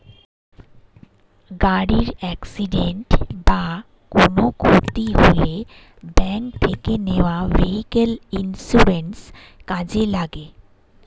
গাড়ির অ্যাকসিডেন্ট বা কোনো ক্ষতি হলে ব্যাংক থেকে নেওয়া ভেহিক্যাল ইন্সুরেন্স কাজে লাগে